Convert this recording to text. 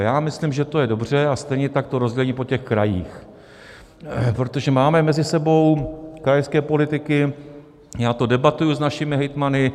Já myslím, že to je dobře, a stejně tak rozdělení po krajích, protože máme mezi sebou krajské politiky, já to debatuji s našimi hejtmany.